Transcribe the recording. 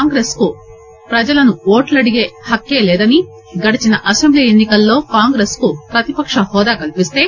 కాంగ్రెస్ కు ప్రజలను ఓట్లడిగే హక్కే లేదని గడచిన అసెంబ్లీ ఎన్సికల్లో కాంగ్రెస్ కు ప్రతిపక్ష హోదా కల్పిస్తే